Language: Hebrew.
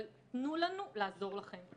אבל תנו לנו לעזור לכם.